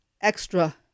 extra